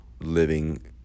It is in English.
living